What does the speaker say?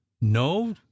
no